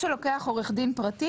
ולכן אנחנו מאפשרים להם,